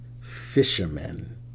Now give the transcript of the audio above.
fishermen